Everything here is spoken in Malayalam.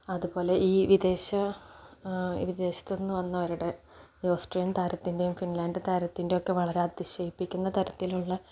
അതുപോലെ ഈ വിദേശത്തുനിന്ന് വന്നവരുടെ ഈ ഓസ്ട്രിയൻ താരത്തിൻ്റെയും ഫിൻലാൻഡ് താരത്തിൻ്റെയുമൊക്കെ വളരെ അതിശയിപ്പിക്കുന്ന തരത്തിലുള്ള